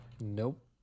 Nope